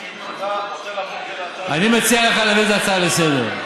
אני מציע לך להעביר את זה להצעה לסדר-היום.